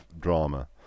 drama